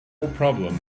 problem